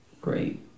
great